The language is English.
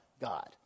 God